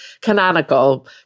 Canonical